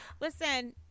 listen